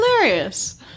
hilarious